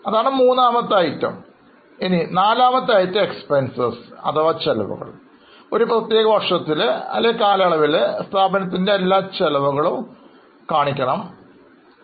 അടുത്തത് item number IV Expenses അഥവാ ചെലവുകൾ ഒരു പ്രത്യേക വർഷത്തിലെ അല്ലെങ്കിൽ കാലയളവിലെ സ്ഥാപനത്തിൻറെ എല്ലാ ചെലവുകളും പട്ടിക പെടുത്തിയിരിക്കുന്നു